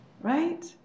right